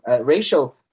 racial